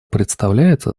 представляется